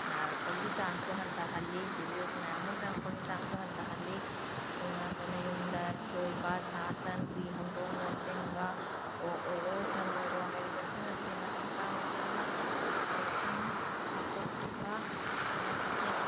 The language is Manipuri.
ꯅꯥꯔꯛꯄꯒꯤ ꯆꯥꯡꯁꯨ ꯍꯟꯊꯍꯜꯂꯤ ꯗꯤꯖꯤꯁ ꯃꯌꯥꯝ ꯑꯃ ꯆꯪꯂꯛꯄꯒꯤ ꯆꯥꯡꯁꯨ ꯍꯟꯊꯍꯜꯂꯤ ꯑꯗꯨꯅ ꯑꯩꯈꯣꯏꯅ ꯌꯨꯝꯗ ꯂꯣꯏꯕ ꯁꯥ ꯁꯟ ꯍꯨꯏ ꯍꯧꯗꯣꯡꯅ ꯆꯤꯡꯕ ꯑꯣꯛ ꯑꯣꯏꯔꯣ ꯁꯟ ꯑꯣꯏꯔꯣ ꯍꯥꯏꯔꯤꯕꯁꯤꯡ ꯑꯁꯤ ꯃꯇꯝ ꯆꯥꯅ ꯆꯥꯅ ꯚꯦꯛꯁꯤꯟ ꯀꯥꯞꯊꯣꯛꯄꯤꯕ ꯇꯉꯥꯏꯐꯗꯦ